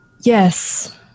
Yes